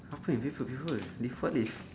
halfway where got paper list what list